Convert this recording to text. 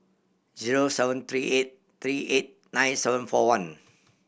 zero seven three eight three eight nine seven four one